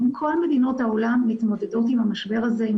כל מדינות העולם מתמודדות עם המשבר הזה עם